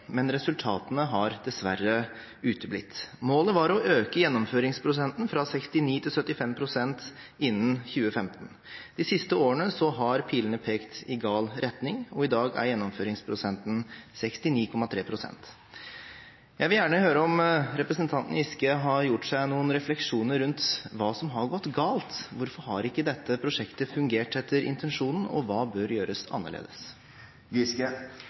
men resultatene har dessverre uteblitt. Målet var å øke gjennomføringsprosenten fra 69 pst. til 75 pst. innen 2015. De siste årene har pilene pekt i gal retning, og i dag er gjennomføringsprosenten 69,3 pst. Jeg vil gjerne høre om representanten Giske har gjort seg noen refleksjoner rundt hva som har gått galt. Hvorfor har ikke dette prosjektet fungert etter intensjonen, og hva bør gjøres